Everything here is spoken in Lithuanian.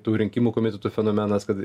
tų rinkimų komitetų fenomenas kad